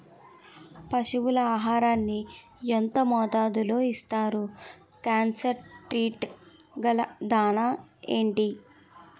పశువుల ఆహారాన్ని యెంత మోతాదులో ఇస్తారు? కాన్సన్ ట్రీట్ గల దాణ ఏంటి?